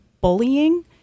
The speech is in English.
bullying